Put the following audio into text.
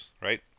right